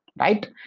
right